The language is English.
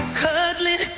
cuddling